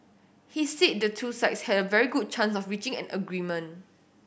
he said the two sides had a very good chance of reaching an agreement